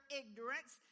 ignorance